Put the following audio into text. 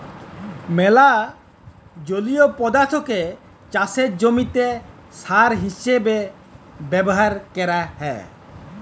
ম্যালা জলীয় পদাথ্থকে চাষের জমিতে সার হিসেবে ব্যাভার ক্যরা হ্যয়